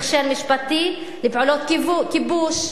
הכשר משפטי לפעולות כיבוש,